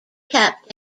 kept